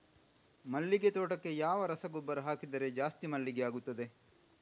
ಮಲ್ಲಿಗೆ ತೋಟಕ್ಕೆ ಯಾವ ರಸಗೊಬ್ಬರ ಹಾಕಿದರೆ ಜಾಸ್ತಿ ಮಲ್ಲಿಗೆ ಆಗುತ್ತದೆ?